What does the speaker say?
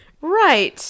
Right